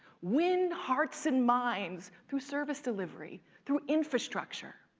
win hearts and minds through service delivery, through infrastructure,